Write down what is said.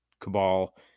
cabal